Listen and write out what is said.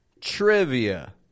trivia